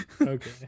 okay